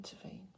intervene